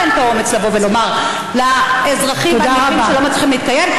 אין את האומץ לבוא ולומר לאזרחים הנכים שלא מצליחים להתקיים,